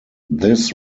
this